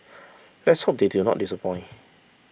let's hope they do not disappoint